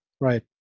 right